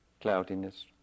cloudiness